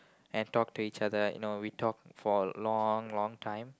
and talk to each other you know we talk for a long long time